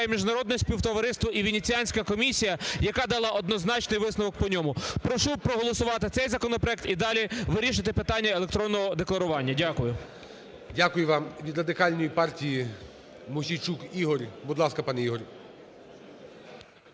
міжнародне співтовариство і Венеціанська комісія, яка дала однозначний висновок по ньому. Прошу проголосувати цей законопроект і далі вирішувати питання електронного декларування. Дякую. ГОЛОВУЮЧИЙ. Дякую вам. Від Радикальної партії Мосійчук Ігор. Будь ласка, пане Ігор.